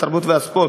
התרבות והספורט: